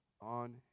on